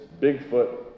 Bigfoot